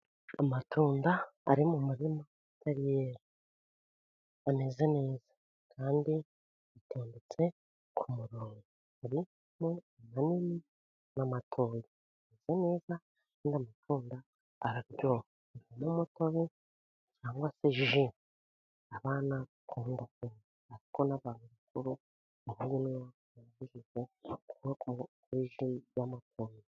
Amatunda ari mu murima atari yera, ameze neza kandi atondetse ku murongo, harimo amanini n'amatoya, ameze neza nyine amatunda araryoha, n'umutobe cyangwa se Ji, abana barawukunda ariko n'abantu bakuru bagomba kunywa kuri Ji y'amatunda.